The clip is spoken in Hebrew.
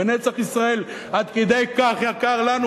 ונצח ישראל עד כדי כך יקר לנו,